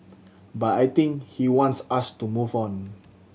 but I think he wants us to move on